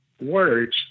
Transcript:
words